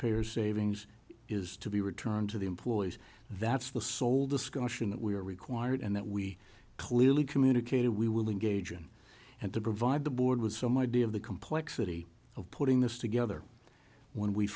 payers savings is to be returned to the employees that's the sole discussion that we are required and that we clearly communicated we will engage in and to provide the board was so my idea of the complexity of putting this together when we